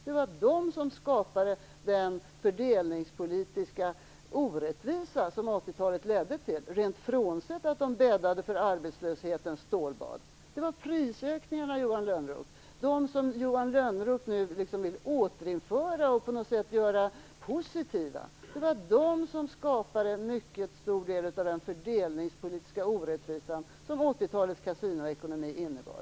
Det var dessa som skapade den fördelningspolitiska orättvisa som 80-talet ledde till, frånsett att de bäddade för arbetslöshetens stålbad. Det var prisökningarna som var orsaken, Johan Lönnroth, de som Johan Lönnroth nu vill återinföra och på något sätt göra positiva. Det var prisökningarna som skapade en mycket stor del av den fördelningspolitiska orättvisa som 80-talets kasinoekonomi innebar.